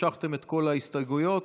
משכתם את כל ההסתייגויות,